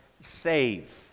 save